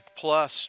Plus